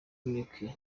unique